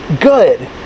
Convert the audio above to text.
Good